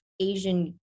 Asian